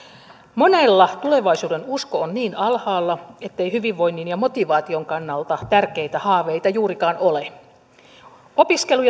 monella tulevaisuudenusko on niin alhaalla ettei hyvinvoinnin ja motivaation kannalta tärkeitä haaveita juurikaan ole opiskelu